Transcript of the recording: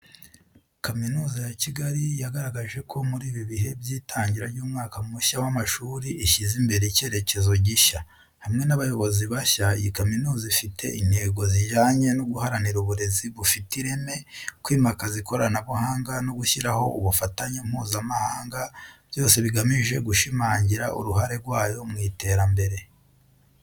Kaminuza ya Kigali yagaragaje ko muri ibi bihe by’itangira ry’umwaka mushya w’amashuri, ishyize imbere icyerekezo gishya. Hamwe n’abayobozi bashya, iyi kaminuza ifite intego zijyanye no guharanira uburezi bufite ireme, kwimakaza ikoranabuhanga, no gushyiraho ubufatanye mpuzamahanga, byose bigamije gushimangira uruhare rwayo mu iterambere.